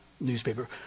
Newspaper